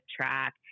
track